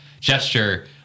gesture